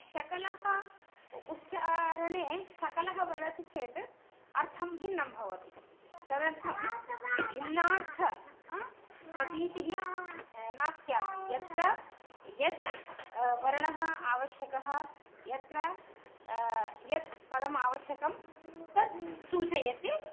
शकलः उच्चारणे सकलः वदति चेत् अर्थः भिन्नः भवति तदर्थं भिन्नार्थस्य हा प्रतीतिः न स्यात् यत्र यः वर्णः आवश्यकः यत्र यत् पदम् आवश्यकं तत् सूचयति